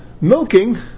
milking